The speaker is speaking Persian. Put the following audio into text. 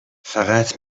فقط